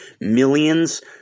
millions